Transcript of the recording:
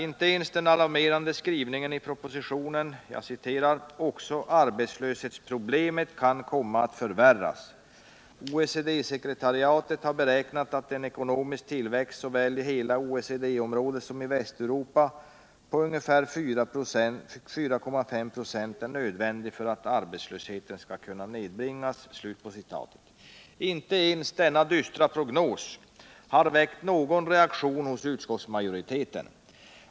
Propositionen innehåller en alarmerande skrivning: ”Också arbetslöshetsproblemet kan komma att förvärras. OECD-sekretariatet har beräknat att en ekonomisk tillväxt såväl i hela OECD-området som i Västeuropa på ungefär 4,5 26 är nödvändig för att arbetslösheten skall kunna nedbringas.” Men inte ens denna dystra prognos har väckt någon reaktion hos utskottsmajoriteten.